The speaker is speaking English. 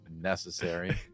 necessary